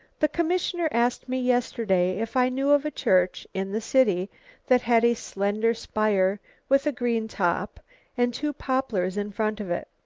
the commissioner asked me yesterday if i knew of a church in the city that had a slender spire with a green top and two poplars in front of it.